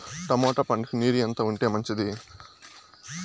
Tomato పంటకు నీరు ఎంత ఉంటే మంచిది?